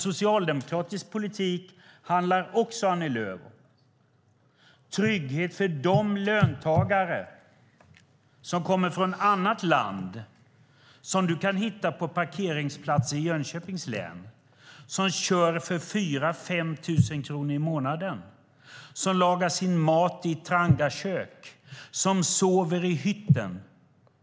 Socialdemokratisk politik handlar också, Annie Lööf, om trygghet för de löntagare som kommer från annat land. Du kan hitta dem på parkeringsplatser i Jönköpings län. De kör för 4 000-5 000 kronor i månaden, lagar sin mat på trangiakök och sover i hytten.